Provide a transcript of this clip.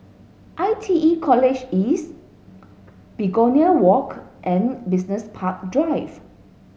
I T E College East Begonia Walk and Business Park Drive